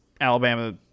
Alabama